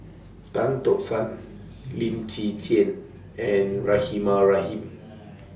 Tan Tock San Lim Chwee Chian and Rahimah Rahim